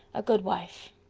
a good wife.